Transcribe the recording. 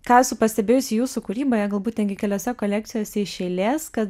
ką esu pastebėjusi jūsų kūryboje galbūt netgi keliose kolekcijose iš eilės kad